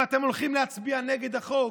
ואתם הולכים להצביע נגד החוק,